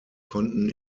konnten